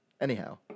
Anyhow